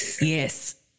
Yes